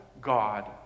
God